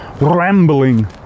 rambling